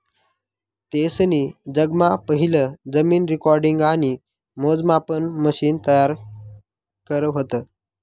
तेसनी जगमा पहिलं जमीन रेकॉर्डिंग आणि मोजमापन मशिन तयार करं व्हतं